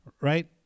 right